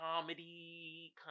comedy